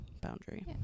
boundary